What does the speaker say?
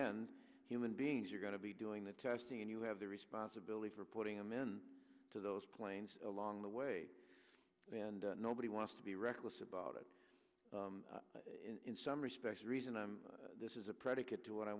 end human beings are going to be doing the testing and you have the responsibility for putting them in to those planes along the way and nobody wants to be reckless about it in some respects the reason i'm this is a predicate to what i